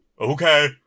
Okay